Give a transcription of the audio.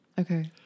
Okay